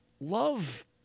love